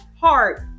heart